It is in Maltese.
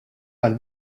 għall